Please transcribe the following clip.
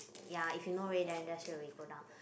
ya if you know already then just straight away go down